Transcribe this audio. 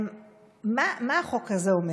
מה החוק הזה אומר?